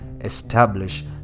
establish